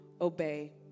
obey